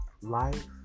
life